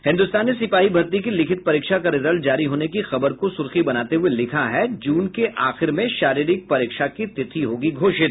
हिन्दुस्तान ने सिपाही भर्ती की लिखित परीक्षा का रिजल्ट जारी होने की खबर को सुर्खी बनाते हुए लिखा है जून की आखिर में शारीरिक परीक्षा की तिथि होगी घोषित